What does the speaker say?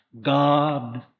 God